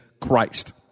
Christ